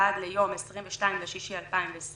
ועד לסיום 22 ליוני 2020